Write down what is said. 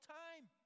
time